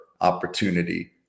opportunity